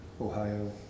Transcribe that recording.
Ohio